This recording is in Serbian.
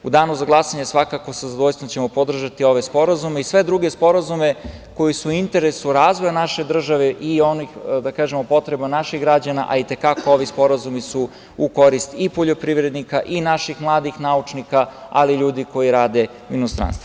U danu za glasanje svakako sa zadovoljstvom ćemo podržati ove sporazume i sve druge sporazume koji su u interesu razvoja naše države i onih, da kažemo, potreba naših građana, a i te kako ovi sporazumi su u korist poljoprivrednika, i naših mladih naučnika, ali i ljudi koji rade u inostranstvu.